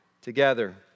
together